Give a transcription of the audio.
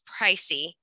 pricey